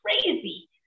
crazy